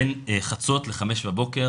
בין חצות ל-05:00 בבוקר.